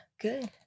good